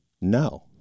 no